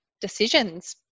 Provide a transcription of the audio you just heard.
decisions